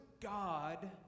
God